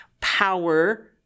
power